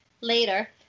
Later